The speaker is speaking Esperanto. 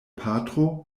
patro